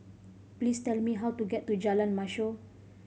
please tell me how to get to Jalan Mashhor